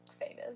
famous